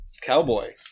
cowboy